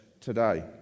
today